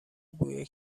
بوی